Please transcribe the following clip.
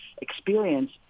experience